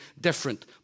different